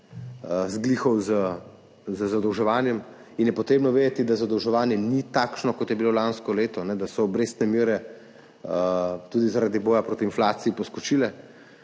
izravnal z zadolževanjem, in je potrebno vedeti, da zadolževanje ni takšno, kot je bilo lansko leto, da so obrestne mere tudi zaradi boja proti inflaciji poskočile,